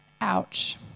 Ouch